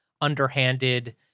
underhanded